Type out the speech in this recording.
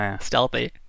Stealthy